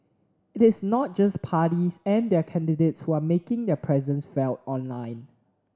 it is not just parties and their candidates who are making their presence felt online